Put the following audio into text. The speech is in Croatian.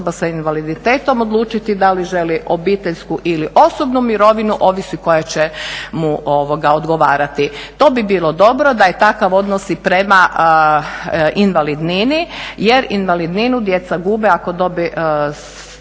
može se osoba s invaliditetom odlučiti da li želi obiteljsku ili osobnu mirovinu, ovisi koja će mu odgovarati. To bi bilo dobro da je takav odnos i prema invalidnini jer invalidninu djeca gube, ako dobiju